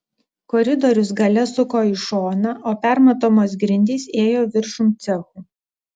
koridorius gale suko į šoną o permatomos grindys ėjo viršum cechų